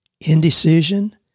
indecision